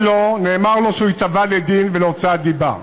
נאמר לו שאם לא, הוא ייתבע לדין על הוצאת דיבה.